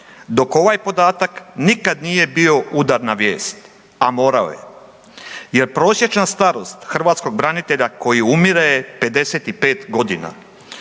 dok ovaj podatak nikad nije bio udarna vijest a morao je. Jer prosječna starost hrvatskog branitelja koji umire je 55 godina.